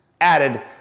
added